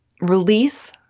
release